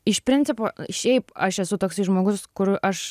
iš principo šiaip aš esu toksai žmogus kur aš